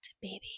Baby